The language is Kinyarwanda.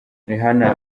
rihanna